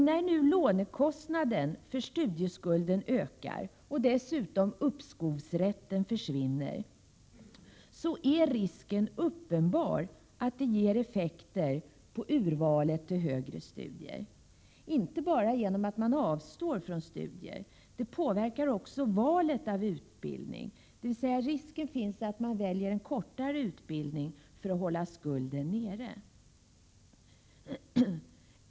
När nu lånekostnaden för studieskulden ökar och uppskovsrätten dessutom försvinner, är risken uppenbar att detta ger effekter på urvalet till högre studier — inte bara genom att man avstår från studier, utan också genom att valet av utbildning påverkas. Risken finns alltså att man väljer en kortare utbildning för att hålla studieskulden nere.